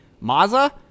Maza